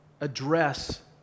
address